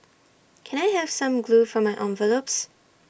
can I have some glue for my envelopes